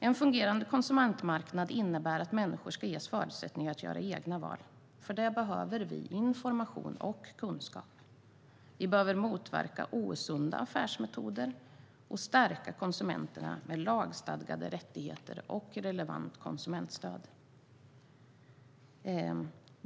En fungerande konsumentmarknad innebär att människor ges förutsättningar att göra egna val. För det behöver vi information och kunskap. Vi behöver motverka osunda affärsmetoder samt stärka konsumenterna med lagstadgade rättigheter och relevant konsumentstöd.